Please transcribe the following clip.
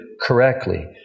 correctly